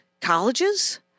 colleges